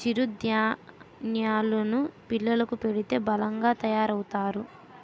చిరు ధాన్యేలు ను పిల్లలకు పెడితే బలంగా తయారవుతారు